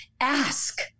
Ask